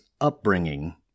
upbringing